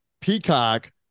Peacock